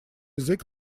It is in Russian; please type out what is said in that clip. язык